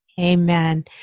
Amen